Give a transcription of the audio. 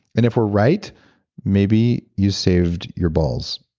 and if we're right maybe you saved your balls.